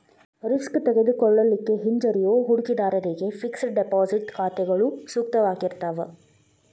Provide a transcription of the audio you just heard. risk ತೆಗೆದುಕೊಳ್ಳಿಕ್ಕೆ ಹಿಂಜರಿಯೋ ಹೂಡಿಕಿದಾರ್ರಿಗೆ ಫಿಕ್ಸೆಡ್ ಡೆಪಾಸಿಟ್ ಖಾತಾಗಳು ಸೂಕ್ತವಾಗಿರ್ತಾವ